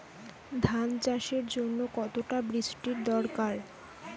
ধান চাষের জন্য কতটা বৃষ্টির দরকার?